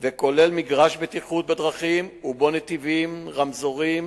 וכולל מגרש בטיחות בדרכים, ובו נתיבים, רמזורים,